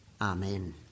Amen